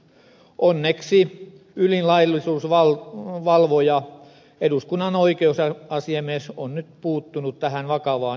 onneksi ylin laillisuusvalvoja eduskunnan oikeusasiamies on nyt puuttunut tähän vakavaan ongelmaan